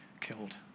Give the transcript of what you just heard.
killed